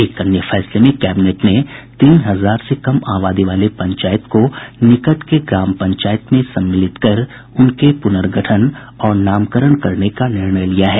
एक अन्य फैसले में कैबिनेट ने तीन हजार से कम आबादी वाले पंचायत को निकट के ग्राम पंचायत में सम्मिलित कर उनके पूनर्गठन और नामकरण करने का निर्णय लिया है